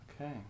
Okay